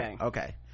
okay